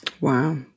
Wow